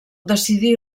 decidí